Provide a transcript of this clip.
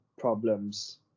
problems